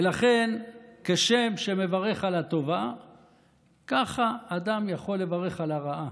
ולכן כשם שהוא מברך על הטובה ככה אדם יכול לברך על הרעה.